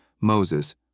Moses